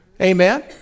Amen